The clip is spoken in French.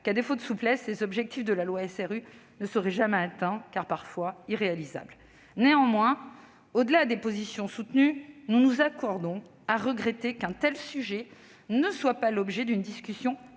qu'à défaut de souplesse, les objectifs de la loi SRU ne seraient jamais atteints, car parfois irréalisables. Néanmoins, au-delà des positions soutenues, nous nous accordons à regretter qu'un tel sujet n'ait pas fait l'objet d'une discussion